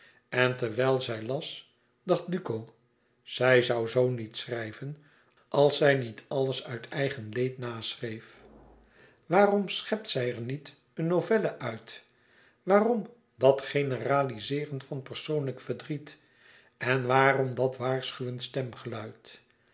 en terwijl zij las dacht duco zij zoû zoo niet schrijven als zij niet alles uit eigen leven naschreef waarom schept zij er niet een novelle uit waarom dat generalizeeren van persoonlijk verdriet en waarom dat waarschuwend stemgeluid